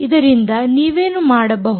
ಇದರಿಂದ ನೀವೇನು ಮಾಡಬಹುದು